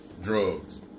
Drugs